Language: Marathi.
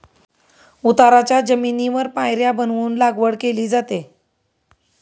उताराच्या जमिनीवर पायऱ्या बनवून लागवड केली जाते